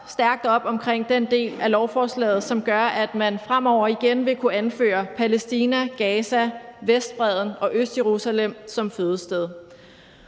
stærkt op omkring den del af lovforslaget, som gør, at man fremover igen vil kunne anføre Palæstina, Gaza, Vestbredden og Østjerusalem som fødested.